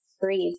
breathe